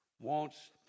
wants